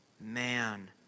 man